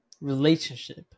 relationship